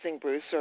Bruce